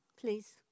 please